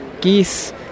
geese